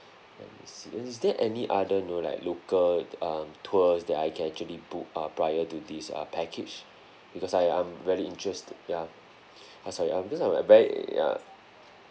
let me see is there any other know like local um tours that I can actually book uh prior to this uh package because I I'm very interest~ ya uh sorry because I'm very uh